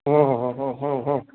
ओ हो हो हो हो